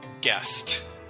guest